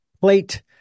plate